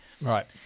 Right